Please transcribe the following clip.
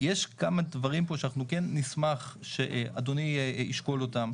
יש כמה דברים פה שאנחנו כן נשמח שאדוני ישקול אותם.